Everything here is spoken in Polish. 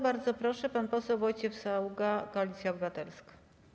Bardzo proszę, pan poseł Wojciech Saługa, Koalicja Obywatelska.